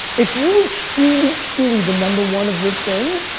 if you're truly, truly the number one of your thing,